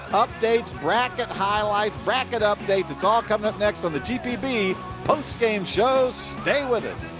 updates, bracket highlights, bracket updates all coming up next on the gpb postgame show. stay with us.